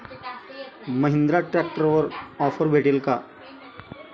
महिंद्रा ट्रॅक्टरवर ऑफर भेटेल का?